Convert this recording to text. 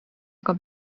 aga